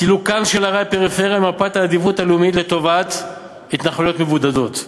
סילוקן של ערי הפריפריה ממפת העדיפות הלאומית לטובת התנחלויות מבודדות,